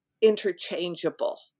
interchangeable